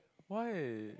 why